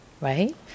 right